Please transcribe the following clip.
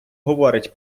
говорить